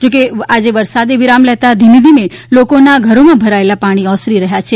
જો કે આજે વરસાદે વિરામ લેતા ધીમે ધીમે લોકોના ઘરોમાં ભરાયેલા પાણી ઓસરી રહ્યા છે